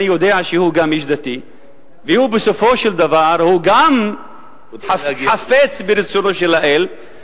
היות שאני יודע שגם הוא איש דתי והוא בסופו של דבר חפץ ברצונו של האל,